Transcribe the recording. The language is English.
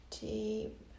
deep